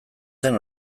zen